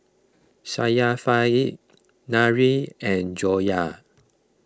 Syafiqah Nurin and Joyah